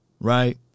right